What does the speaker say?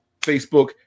Facebook